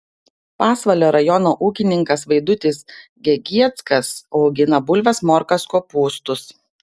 pasvalio rajono ūkininkas vaidutis gegieckas augina bulves morkas kopūstus